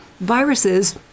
Viruses